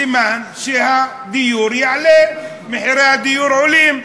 סימן שהדיור יעלה, מחירי הדיור עולים.